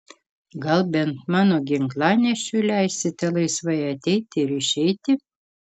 gal bent mano ginklanešiui leisite laisvai ateiti ir išeiti